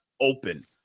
open